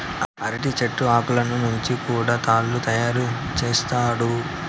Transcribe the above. అరటి చెట్ల ఆకులను నుంచి కూడా తాళ్ళు తయారు చేత్తండారు